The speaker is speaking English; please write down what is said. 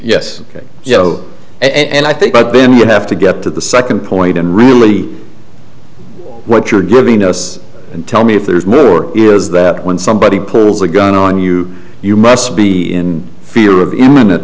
yes you know and i think but then you have to get to the second point and really what you're giving us and tell me if there's more is that when somebody pulls a gun on you you must be in fear of imminent